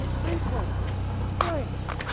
resources, strengths,